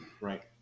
Right